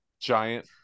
Giant